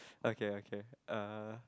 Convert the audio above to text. okay okay uh